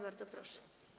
Bardzo proszę.